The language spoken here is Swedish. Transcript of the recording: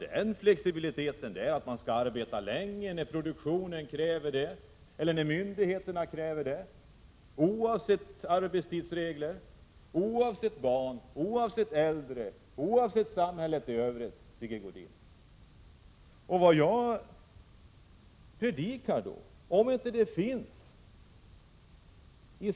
Den flexibilitet ni vill ha är tydligen att människor skall arbeta längre när produktionen så kräver eller när myndigheterna kräver det, oavsett arbetstidsregler, oavsett om man har barn eller är äldre osv., Sigge Godin.